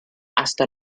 hasta